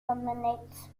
dominates